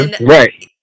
Right